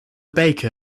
baker